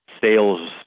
sales